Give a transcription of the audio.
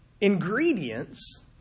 ingredients